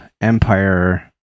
Empire